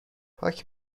پاک